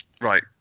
right